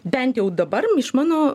bent jau dabar iš mano